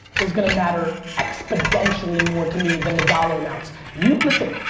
is gonna matter exponentially more to me than the dollar amounts. you listen,